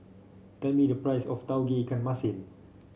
tell me the price of Tauge Ikan Masin